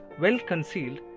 well-concealed